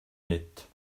nette